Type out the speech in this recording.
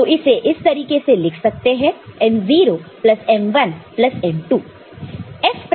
तो इसे इस तरीके से लिख सकते हैं m0 plus m1 plus m2